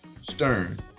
stern